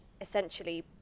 essentially